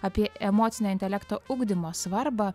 apie emocinio intelekto ugdymo svarbą